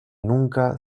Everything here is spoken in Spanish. nunca